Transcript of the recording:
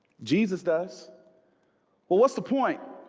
jesus does well, what's the point?